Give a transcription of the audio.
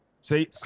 see